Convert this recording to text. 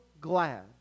glad